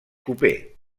coper